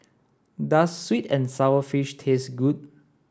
does sweet and sour fish taste good